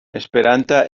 esperanta